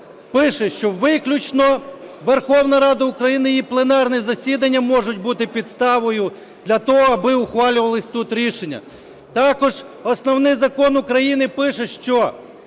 пише, що виключно Верховна Рада України, її пленарні засідання можуть бути підставою для того, аби ухвалювалися тут рішення. Також Основний Закон України пише, що